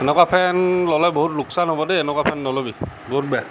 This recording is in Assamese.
এনেকুৱা ফেন ল'লে বহুত লোকচান হ'ব দেই এনেকুৱা ফেন নলবি বহুত বেয়া